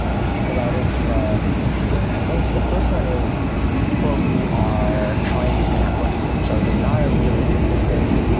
we think about it from a few different angles. the first one is people who are trying to scam brex. so you're not a real legit business.